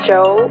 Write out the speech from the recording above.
Joe